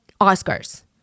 Oscars